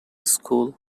school